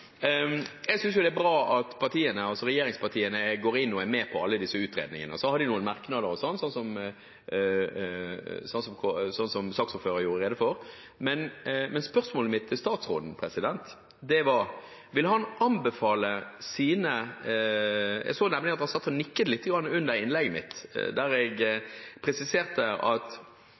Jeg synes det er bra at regjeringspartiene er med på alle disse utredningene. Så har de noen merknader osv., som saksordføreren gjorde rede for. Men til spørsmålet mitt til statsråden: Jeg så nemlig at han satt og nikket lite grann under innlegget mitt, der jeg presiserte at